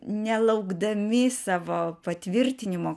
nelaukdami savo patvirtinimo